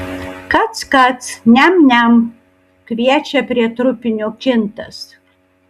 kac kac niam niam kviečia prie trupinio kintas